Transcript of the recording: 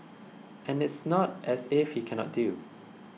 and it's not as if he cannot deal